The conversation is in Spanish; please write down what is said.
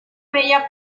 bella